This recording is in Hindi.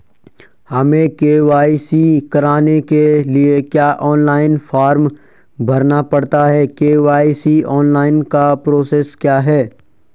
हमें के.वाई.सी कराने के लिए क्या ऑनलाइन फॉर्म भरना पड़ता है के.वाई.सी ऑनलाइन का प्रोसेस क्या है?